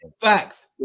facts